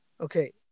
okay